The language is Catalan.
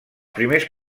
primers